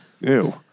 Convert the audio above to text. Ew